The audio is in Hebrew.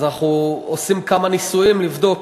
אז אנחנו עושים כמה ניסויים כדי לבדוק